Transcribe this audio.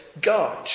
God